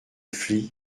flies